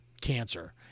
cancer